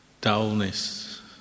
dullness